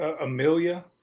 Amelia